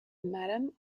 madam